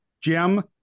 Jim